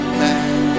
man